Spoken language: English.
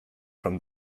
from